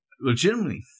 legitimately